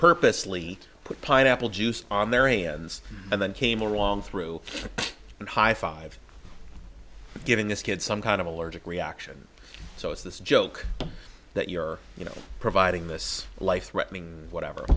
purposely put pineapple juice on their hands and then came along through and high five giving this kid some kind of allergic reaction so it's this joke that you're you know providing this life threatening whatever